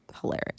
hilarious